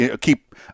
keep